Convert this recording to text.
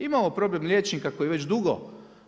Imamo problem liječnika koji već dugo